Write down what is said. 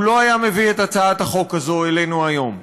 הוא לא היה מביא את הצעת החוק הזאת אלינו היום.